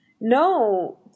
No